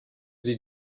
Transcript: sie